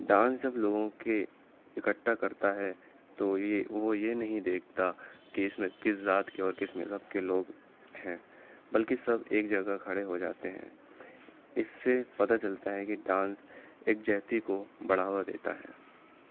dance جب لوگوں کی اکٹھا کرتا ہے تو یہ وہ یہ نہیں دیکھتا کہ اس میں کس ذات کے اور کس مذہب کے لوگ ہیں بلکہ سب ایک ہی جگہ کھڑے ہو جاتے ہیں اس سے پتا چلتا ہے کہ ڈانس یکجہتی کو بڑھاوا دیتا ہے